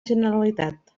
generalitat